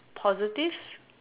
positive